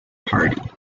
party